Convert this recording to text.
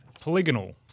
polygonal